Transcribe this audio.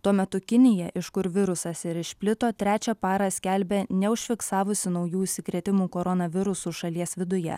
tuo metu kinija iš kur virusas ir išplito trečią parą skelbia neužfiksavusi naujų užsikrėtimų koronavirusu šalies viduje